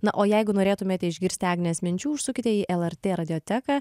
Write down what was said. na o jeigu norėtumėte išgirsti agnės minčių užsukite į lrt radioteką